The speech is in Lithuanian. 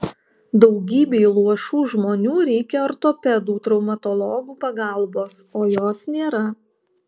daugybei luošų žmonių reikia ortopedų traumatologų pagalbos o jos nėra